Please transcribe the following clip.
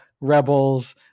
rebels